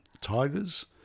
tigers